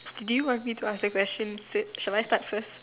do you want me to ask the questions the shall I start first